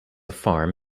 farm